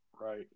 Right